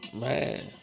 Man